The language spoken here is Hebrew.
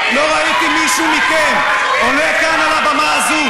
לא ראיתי מישהו מכם עולה לכאן לבמה הזאת